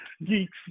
Geeks